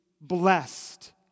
blessed